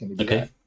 Okay